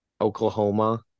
Oklahoma